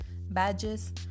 badges